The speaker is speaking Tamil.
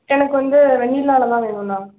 எனக்கு வந்து வெண்ணிலாவில் தான் வேணும்ணா